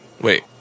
Wait